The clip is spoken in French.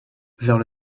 vers